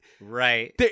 Right